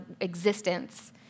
existence